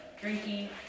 drinking